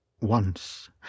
Once